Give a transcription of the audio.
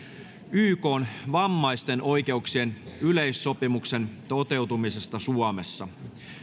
ykn vammaisten oikeuksien yleissopimuksen toteutumisesta suomessa